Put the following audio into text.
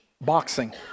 boxing